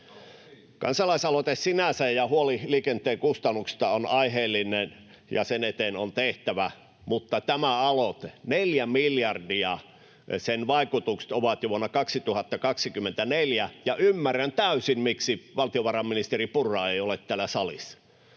Kansalaisaloite sinänsä ja huoli liikenteen kustannuksista on aiheellinen, ja sen eteen on tehtävä, mutta tämä aloite: neljä miljardia sen vaikutukset ovat jo vuonna 2024. Ymmärrän täysin, miksi valtiovarainministeri Purra ei ole täällä salissa.